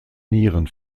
nieren